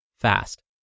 fast